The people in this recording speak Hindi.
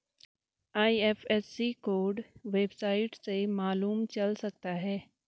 आई.एफ.एस.सी कोड वेबसाइट से मालूम चल सकता है